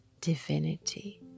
divinity